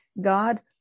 God